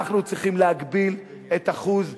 אנחנו צריכים להגביל את אחוז המס,